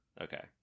okay